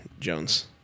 Jones